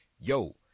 Yo